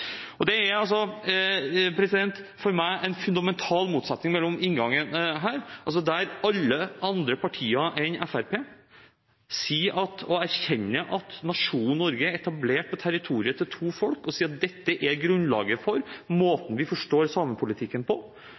For meg er det en fundamental motsetning mellom inngangene her. Alle andre partier enn Fremskrittspartiet sier og erkjenner at nasjonen Norge ble etablert på territoriet til to folk. Dette er grunnlaget for måten vi forstår samepolitikken på,